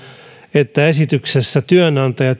että esityksessä työnantaja